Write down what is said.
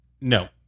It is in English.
no